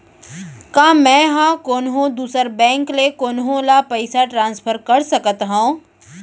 का मै हा कोनहो दुसर बैंक ले कोनहो ला पईसा ट्रांसफर कर सकत हव?